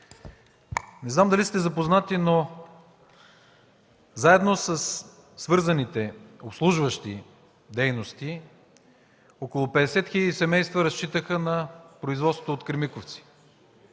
не знам дали сте запознати, но заедно със свързаните, обслужващи дейности около 50 хил. семейства разчитаха на производството от „Кремиковци”.